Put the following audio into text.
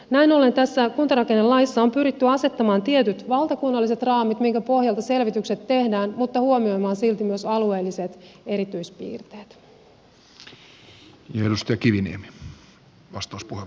näin ollen tässä kuntarakennelaissa on pyritty asettamaan tietyt valtakunnalliset raamit minkä pohjalta selvitykset tehdään mutta huomioimaan silti myös alueelliset erityispiirteet